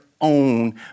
own